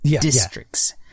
Districts